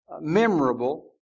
memorable